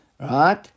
Right